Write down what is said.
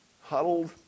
huddled